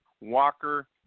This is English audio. Walker